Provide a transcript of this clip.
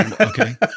Okay